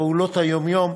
בפעולות היום-יום,